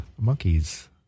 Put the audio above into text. Monkeys